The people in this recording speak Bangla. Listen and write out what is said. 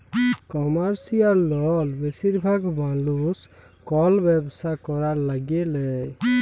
কমারশিয়াল লল বেশিরভাগ মালুস কল ব্যবসা ক্যরার ল্যাগে লেই